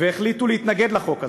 והחליטו להתנגד לחוק הזה.